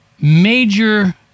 major